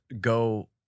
go